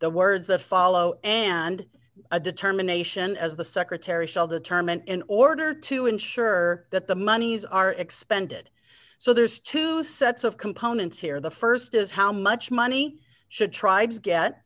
the words that follow and a determination as the secretary shall determine in order to ensure that the monies are expended so there's two sets of components here the st is how much money should try to get